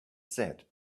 said